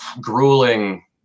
grueling